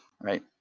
right